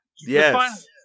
Yes